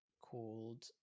called